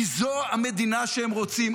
כי זו המדינה שהם רוצים.